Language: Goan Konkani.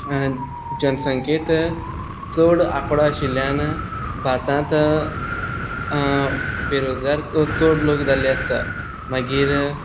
हांवें जनसंखेंत चड आंकडो आशिल्ल्यान भारतांत बेरोजगार चड लोक जाल्ले आसता मागीर